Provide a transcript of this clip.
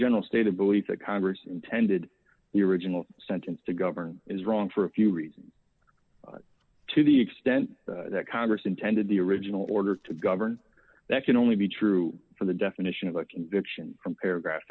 general stated belief that congress intended the original sentence to govern is wrong for a few reasons to the extent that congress intended the original order to govern that can only be true for the definition of a conviction from paragraph